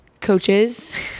coaches